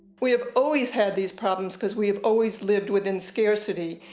we have always had these problems because we have always lived within scarcity,